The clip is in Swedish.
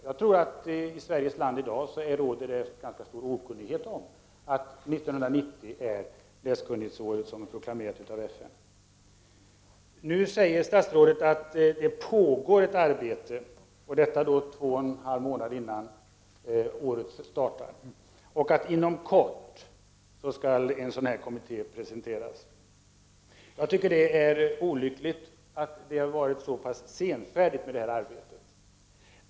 Jag tror att det i Sverige i dag råder ganska stor okunnighet om att 1990 är det av FN proklamerade läskunnighetsåret. Nu säger statsrådet två och en halv månad innan läskunnighetsåret börjar att det pågår ett arbete och att en sådan här kommitté skall presenteras inom kort. Jag tycker att det är olyckligt att vi har varit så senfärdiga i detta arbete.